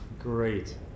Great